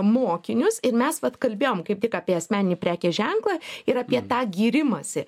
mokinius ir mes vat kalbėjom kaip tik apie asmeninį prekės ženklą ir apie tą gyrimąsi